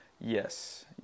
yes